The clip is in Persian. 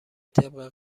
طبق